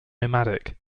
nomadic